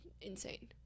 insane